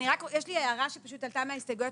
יש לי הערה שפשוט עלתה מההסתייגויות,